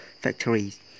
factories